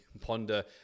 ponder